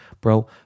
Bro